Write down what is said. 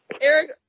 Eric